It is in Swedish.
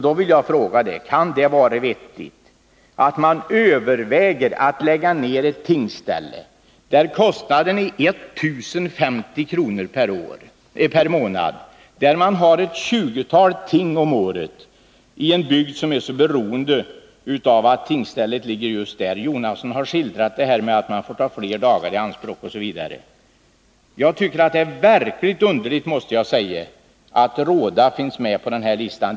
Då vill jag fråga: Kan det vara vettigt att man överväger att lägga ned ett tingsställe där kostnaden är endast 1050 kr. per månad och där det hålls ett tjugotal ting om året? Det gäller en bygd som är mycket beroende av att tingsstället ligger just där. Bertil Jonasson har skildrat hur man måste ta flera dagar i anspråk för att kunna infinna sig inför tinget på kansliorten osv. Jag tycker att det verkligen är underligt att Råda finns med på domstolsverkets lista.